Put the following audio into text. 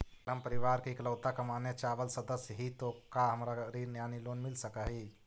अगर हम परिवार के इकलौता कमाने चावल सदस्य ही तो का हमरा ऋण यानी लोन मिल सक हई?